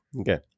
Okay